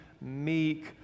meek